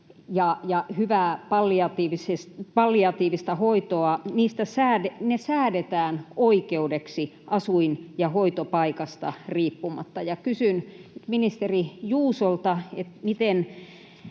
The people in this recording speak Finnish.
ja hyvä palliatiivinen hoito säädetään oikeudeksi asuin- ja hoitopaikasta riippumatta. Kysyn ministeri Juusolta: Miten